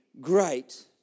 great